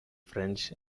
french